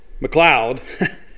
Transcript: McLeod